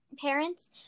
parents